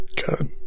god